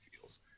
feels